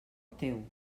teu